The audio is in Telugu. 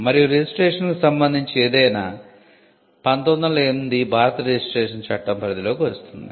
మరియు రిజిస్ట్రేషన్కు సంబంధించినది ఏదైనా 1908 భారత రిజిస్ట్రేషన్ చట్టం పరిధిలోకి వస్తుంది